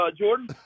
jordan